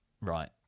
Right